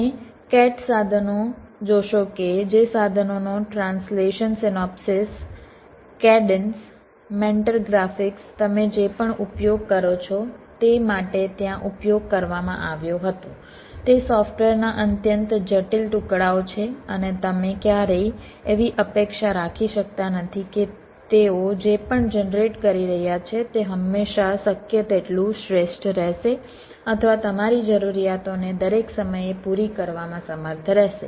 તમે કેટ સાધનો જોશો કે જે સાધનોનો translation Synopsys Refer Time 0212 Cadence Mentor Graphics તમે જે પણ ઉપયોગ કરો છો તે માટે ત્યાં ઉપયોગ કરવામાં આવ્યો હતો તે સોફ્ટવેર ના અત્યંત જટિલ ટુકડાઓ છે અને તમે ક્યારેય એવી અપેક્ષા રાખી શકતા નથી કે તેઓ જે પણ જનરેટ કરી રહ્યાં છે તે હંમેશા શક્ય તેટલું શ્રેષ્ઠ રહેશે અથવા તમારી જરૂરિયાતોને દરેક સમયે પૂરી કરવામાં સમર્થ રહેશે